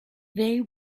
they